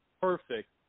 perfect